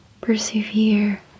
persevere